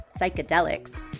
psychedelics